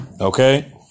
Okay